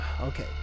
Okay